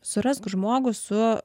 surask žmogų su